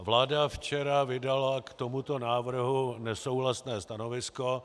Vláda včera vydala k tomuto návrhu nesouhlasné stanovisko.